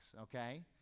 Okay